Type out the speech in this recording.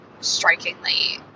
strikingly